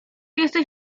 jesteś